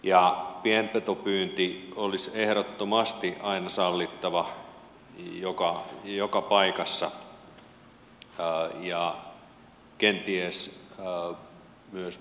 pienpetojen pyynti olisi ehdottomasti aina sallittava joka paikassa ja kenties myös muunkin riistan